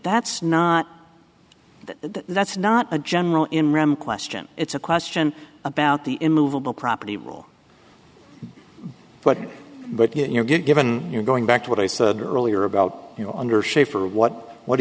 that's not that's not a general in rem question it's a question about the immovable property rule but but you know given you're going back to what i said earlier about you know under shafer what what